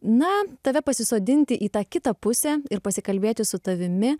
na tave pasisodinti į tą kitą pusę ir pasikalbėti su tavimi